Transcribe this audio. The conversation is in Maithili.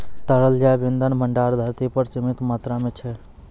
तरल जैव इंधन भंडार धरती पर सीमित मात्रा म छै